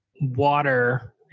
water